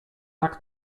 tak